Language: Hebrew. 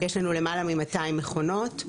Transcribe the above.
יש לנו למעלה מ-200 מכונות.